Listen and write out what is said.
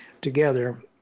together